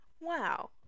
wow